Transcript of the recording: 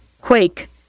quake